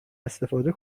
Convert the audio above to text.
استفاده